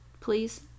Please